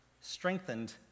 strengthened